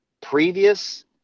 previous